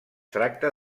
tracta